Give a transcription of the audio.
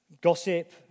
Gossip